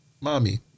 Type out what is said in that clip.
mommy